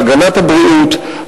בהגנת הבריאות,